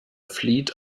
flieht